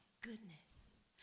goodness